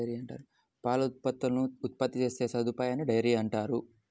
పాల ఉత్పత్తులను ఉత్పత్తి చేసే సదుపాయాన్నిడైరీ అంటారు